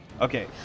okay